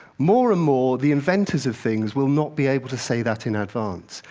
more and more, the inventors of things will not be able to say that in advance.